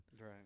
Right